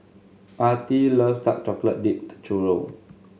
Artie loves Dark Chocolate Dipped Churro